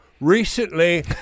Recently